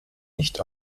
nicht